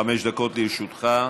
חמש דקות לרשותך.